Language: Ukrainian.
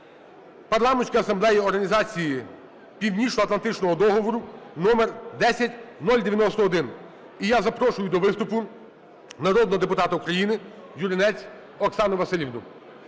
Парламентської асамблеї Організації Північноатлантичного договору (№10091). І я запрошую до виступу народного депутата України Юринець Оксану Василівну.